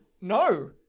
No